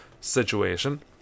situation